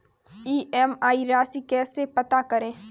EMI राशि कैसे पता करें?